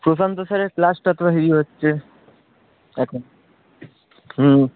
প্রশান্ত স্যারের ক্লাসটা তো ইয়ে হচ্ছে এখন হুম